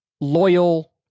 loyal